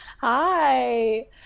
Hi